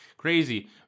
crazy